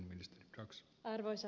arvoisa herra puhemies